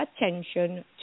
Attention